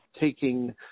taking